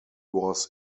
was